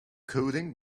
coding